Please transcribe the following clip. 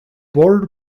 border